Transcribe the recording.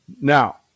Now